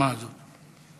היוזמה הזאת.